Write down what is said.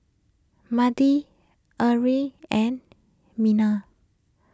Mandi Earlie and Minna